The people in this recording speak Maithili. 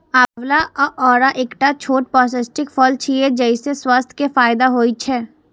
आंवला या औरा एकटा छोट पौष्टिक फल छियै, जइसे स्वास्थ्य के फायदा होइ छै